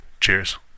cheers